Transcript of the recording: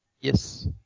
Yes